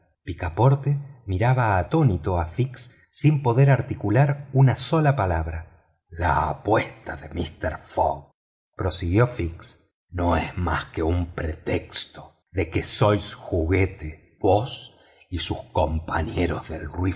picaporte miraba atónito a fix sin poder articular una sola palabra la apuesta de mister fogg prosiguió fix no es más que un pretexto del que sois juguete vos y sus compañeros del